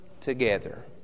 together